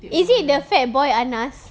is it the fat boy anas